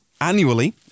annually